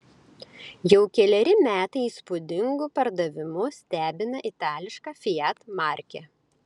jau keleri metai įspūdingu pardavimu stebina itališka fiat markė